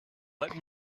let